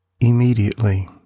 immediately